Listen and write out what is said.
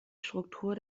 struktur